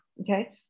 okay